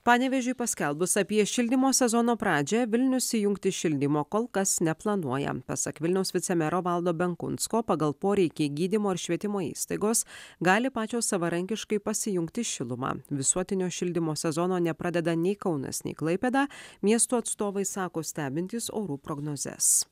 panevėžiui paskelbus apie šildymo sezono pradžią vilnius įjungti šildymo kol kas neplanuoja pasak vilniaus vicemero valdo benkunsko pagal poreikį gydymo ir švietimo įstaigos gali pačios savarankiškai pasijungti šilumą visuotinio šildymo sezono nepradeda nei kaunas nei klaipėda miesto atstovai sako stebintys orų prognozes